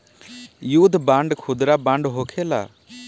युद्ध बांड खुदरा बांड होखेला